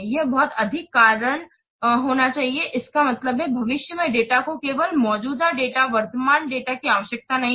यह बहुत अधिक कारण होना चाहिए इसका मतलब है भविष्य के डेटा को केवल मौजूदा डेटा वर्तमान डेटा की आवश्यकता नहीं है